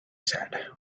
said